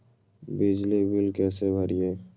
बिजली बिल कैसे भरिए?